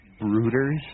brooders